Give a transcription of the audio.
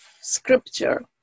scripture